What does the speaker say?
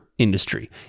Industry